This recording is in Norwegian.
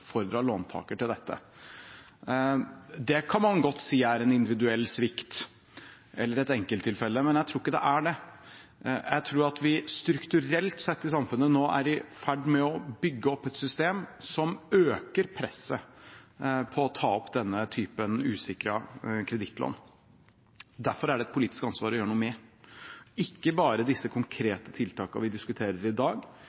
til dette. Det kan man godt si er en individuell svikt, eller et enkelttilfelle, men jeg tror ikke det er det. Jeg tror at vi strukturelt sett i samfunnet nå er i ferd med å bygge opp et system som øker presset på å ta opp denne typen usikrede kredittlån. Derfor er det et politisk ansvar å gjøre noe med det, ikke bare med disse